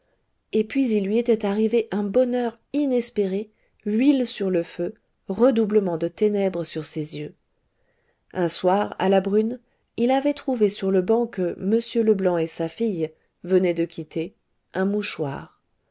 et puis il lui était arrivé un bonheur inespéré huile sur le feu redoublement de ténèbres sur ses yeux un soir à la brune il avait trouvé sur le banc que m leblanc et sa fille venaient de quitter un mouchoir